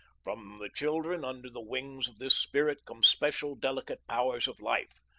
from the children, under the wings of this spirit, come special delicate powers of life.